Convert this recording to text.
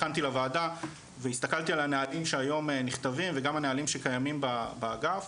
הכנתי לוועדה והסתכלתי על הנהלים שהיום נכתבים וגם הנהלים שקיימים באגף,